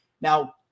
Now